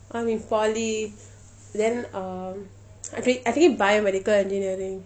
I'm in poly then um I take I taking biomedical engineering